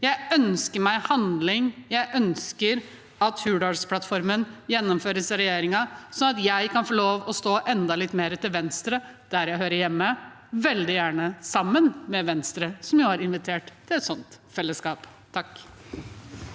Jeg ønsker meg handling. Jeg ønsker at Hurdalsplattformen gjennomføres av regjeringen, sånn at jeg kan få lov til å stå enda litt mer til venstre, der jeg hører hjemme, veldig gjerne sammen med Venstre, som jeg har invitert til et sånt fellesskap.